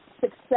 success